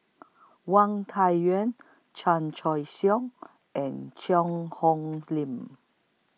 Wang Chan Choy Siong and Cheang Hong Lim